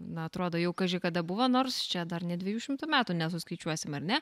na atrodo jau kaži kada buvo nors čia dar net dviejų šimtų metų nesuskaičiuosim ar ne